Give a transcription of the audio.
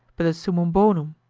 but the summum bonum,